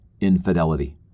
infidelity